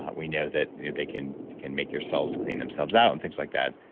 we know that they can can make your cells clean themselves out and things like that.